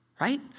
right